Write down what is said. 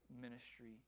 ministry